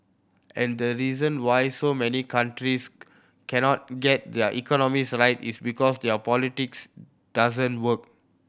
and the reason why so many countries cannot get their economies right it's because their politics doesn't work